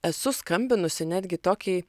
esu skambinusi netgi tokai